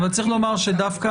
אבל צריך לומר שדווקא,